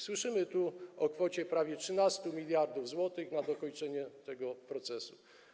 Słyszymy tu o kwocie prawie 13 mld zł na dokończenie tego procesu.